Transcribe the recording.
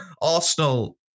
Arsenal